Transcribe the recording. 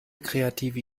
kreative